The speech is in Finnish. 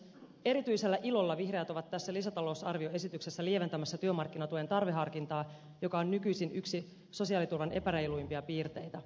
erityisellä ilolla vihreät ovat tässä lisätalousarvioesityksessä lieventämässä työmarkkinatuen tarvehankintaa joka on nykyisin yksi sosiaaliturvan epäreiluimpia piirteitä